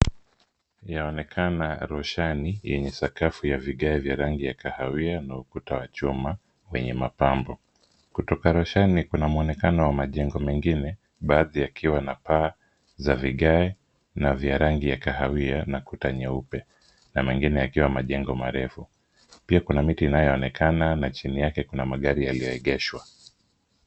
Yaonekana roshani yenye sakafu ya vigae vya rangi ya kahawia na ukuta wa chuma wenye mapambo. Kutoka roshani kuna mwonekano wa majengo mengine, baadhi yakiwa na paa za vigae na vya rangi ya kahawia na kuta nyeupe na mengine yakiwa majengo marefu. Pia kuna miti inayoonekana na chini yake kuna magari yaliyoegeshwa.